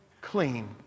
clean